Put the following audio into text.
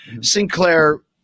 Sinclair